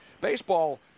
Baseball